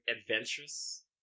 adventurous